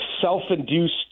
self-induced